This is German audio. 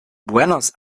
buenos